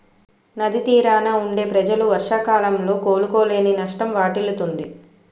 నది తీరాన వుండే ప్రజలు వర్షాకాలంలో కోలుకోలేని నష్టం వాటిల్లుతుంది